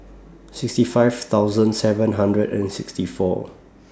sixty five thousand seven hundred and sixty four